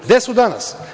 Gde su danas?